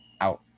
out